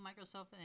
Microsoft